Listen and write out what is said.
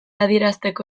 adierazteko